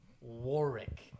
Warwick